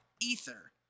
ether